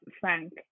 Frank